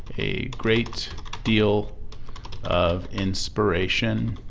a great deal of inspiration